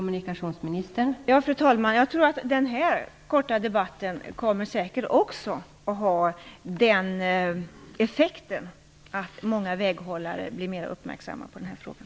Fru talman! Jag tror att denna korta debatt säkert också kommer att ha den effekten att många väghållare blir mer uppmärksamma på den här frågan.